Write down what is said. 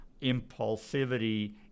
impulsivity